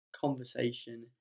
conversation